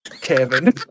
Kevin